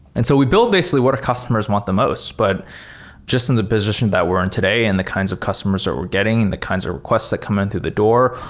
and so we build basically what our customers want the most. but just in the position that we're in today and the kinds of customers that we're getting and the kinds of requests that come in through the door,